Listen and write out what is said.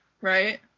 right